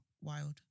wild